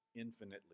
infinitely